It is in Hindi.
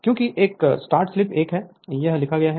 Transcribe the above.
क्योंकि एक स्टार्ट स्लिप 1 यहाँ लिखा गया है